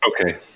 Okay